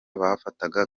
bafataga